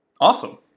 Awesome